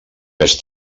més